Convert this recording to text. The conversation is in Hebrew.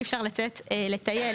אי אפשר לצאת לטייל.